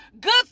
good